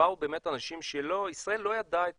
כשבאו אנשים שישראל לא ידעה את